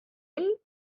gelungen